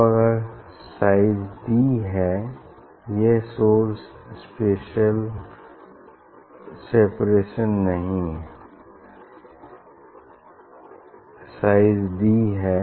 अब अगर size D है यह सोर्स सेपरेशन नहीं है साइज डी है